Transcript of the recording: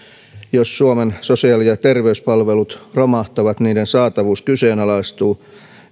jos suomen sosiaali ja terveyspalvelut romahtavat niiden saatavuus kyseenalaistuu